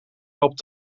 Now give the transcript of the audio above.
helpt